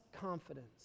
confidence